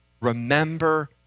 remember